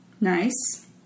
Nice